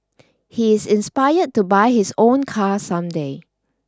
he is inspired to buy his own car some day